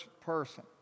person